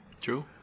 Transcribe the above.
True